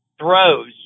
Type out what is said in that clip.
throws